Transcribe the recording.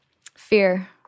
Fear